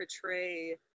portray